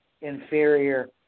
inferior